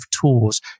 tools